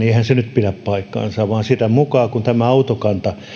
pidä paikkaansa vaan sitä mukaa kun tämä autokanta